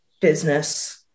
business